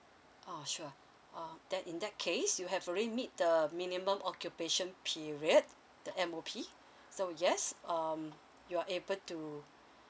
orh sure uh then in that case you have already meet the minimum occupation period the M_O_P so yes um you're able to